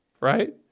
right